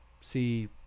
See